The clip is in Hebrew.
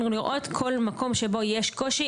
מקום שבו יש קושי,